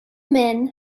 men